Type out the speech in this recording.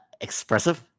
expressive